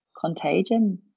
Contagion